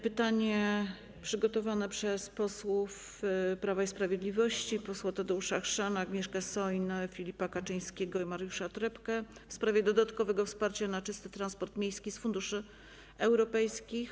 Pytanie przygotowane przez posłów Prawa i Sprawiedliwości: Tadeusza Chrzana, Agnieszkę Soin, Filipa Kaczyńskiego i Mariusza Trepkę w sprawie dodatkowego wsparcia na czysty transport miejski z funduszy europejskich.